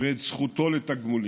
ואת זכותו לתגמולים.